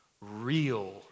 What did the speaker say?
real